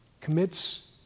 commits